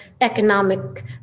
economic